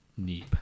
Neep